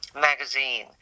magazine